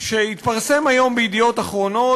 שהתפרסם היום ב"ידיעות אחרונות",